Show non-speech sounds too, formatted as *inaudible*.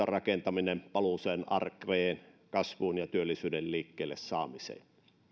*unintelligible* rakentaminen arkeen paluuseen kasvuun ja työllisyyden liikkeelle saamiseen